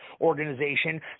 organization